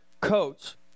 coats